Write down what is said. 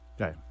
Okay